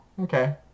okay